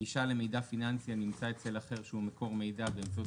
"גישה למידע פיננסי הנמצא אצל אחר שהוא מקור מידע באמצעות